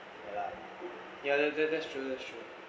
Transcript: ya that's that's that's true that's true